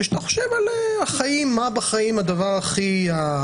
כשאתה חושב על החיים מה בחיים הדבר הכי חשוב?